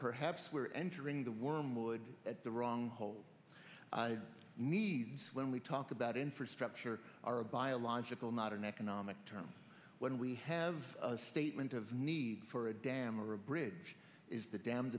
perhaps we're entering the wormwood at the wrong hole needs when we talk about infrastructure are a biological not in economic terms when we have a statement of need for a dam or a bridge is the dam